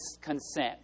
consent